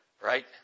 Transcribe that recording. right